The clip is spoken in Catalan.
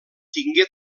tingué